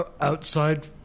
Outside